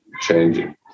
changing